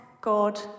God